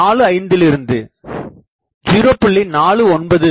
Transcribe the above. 45 விலிருந்து 0